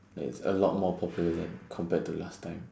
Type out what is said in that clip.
and it's a lot more popular than compared to last time